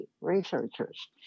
researchers